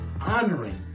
honoring